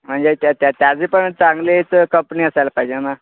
म्हणजे त्या त्याची पण चांगलीच कंपनी असायला पाहिजे ना